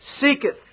seeketh